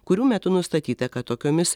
kurių metu nustatyta kad tokiomis